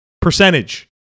percentage